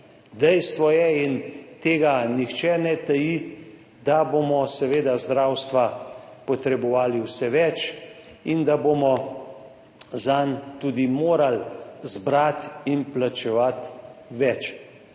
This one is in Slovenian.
Dejstvo je, in tega nihče ne taji, da bomo seveda zdravstva potrebovali vse več in da bomo zanj tudi morali zbrati in plačevati več.